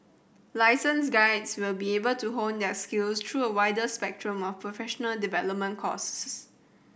licensed guides will be able to hone their skills through a wider spectrum of professional development courses